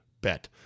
bet